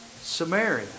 Samaria